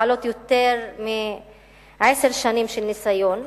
בעלות יותר מעשר שנים של ניסיון,